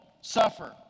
suffer